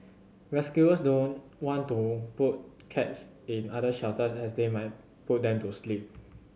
rescuers don't want to put cats in other shelters as they might put them to sleep